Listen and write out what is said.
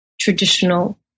traditional